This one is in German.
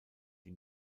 die